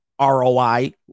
ROI